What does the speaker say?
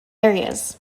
areas